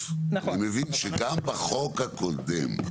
אז אני מבין שגם בחוק הקודם,